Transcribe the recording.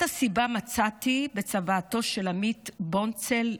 את הסיבה מצאתי בצוואתו של עמית בונצל,